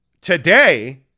Today